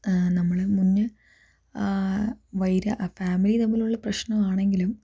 നമ്മളെ മുന്നേ വൈര ഫാമിലി തമ്മിലുള്ള പ്രശ്നമാണെങ്കിലും